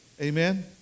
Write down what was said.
Amen